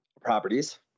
properties